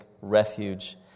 refuge